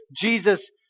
Jesus